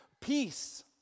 Peace